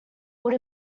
would